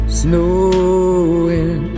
snowing